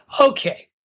Okay